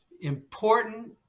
important